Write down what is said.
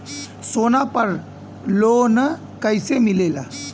सोना पर लो न कइसे मिलेला?